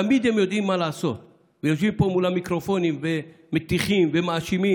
תמיד הם יודעים מה לעשות ויושבים פה מול המיקרופונים ומטיחים ומאשימים: